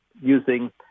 using